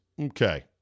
Okay